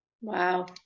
Wow